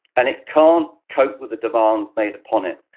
and it can't cope with the demands made upon it.